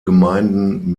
gemeinden